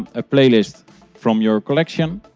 a playlist from your collection,